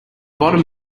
bottom